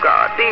God